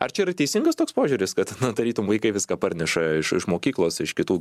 ar čia yra teisingas toks požiūris kad na tarytum vaikai viską parneša iš iš mokyklos iš kitų